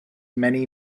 many